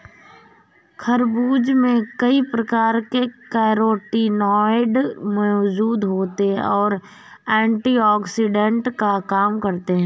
खरबूज में कई प्रकार के कैरोटीनॉयड मौजूद होते और एंटीऑक्सिडेंट का काम करते हैं